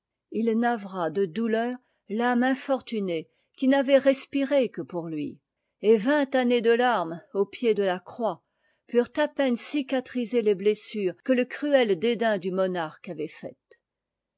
tt navra de douleur l'âme infortunée qui n'avait respiré que pour lui et vingt années de larmes au pied de la croix purent à peine cicatriser les blessures que le cruel dédain du monarque avait faites